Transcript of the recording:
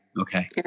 Okay